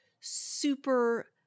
super